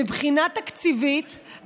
מבחינה תקציבית,